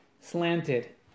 slanted